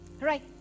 Right